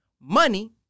Money